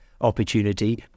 opportunity